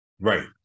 Right